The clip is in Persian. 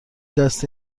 دست